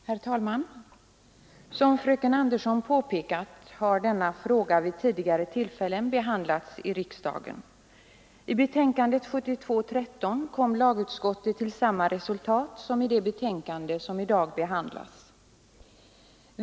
Herr talman! Som fröken Andersson påpekat har denna fråga vid tidigare tillfällen behandlats i riksdagen. I betänkandet nr 13 år 1972 kom lagutskottet till samma resultat som i det betänkande som i dag behandlas.